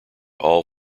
all